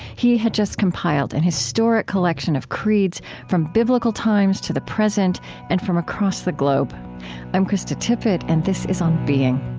he had just compiled a and historic collection of creeds from biblical times to the present and from across the globe i'm krista tippett, and this is on being